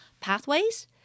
pathways